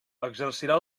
exercirà